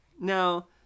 Now